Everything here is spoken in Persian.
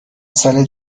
سال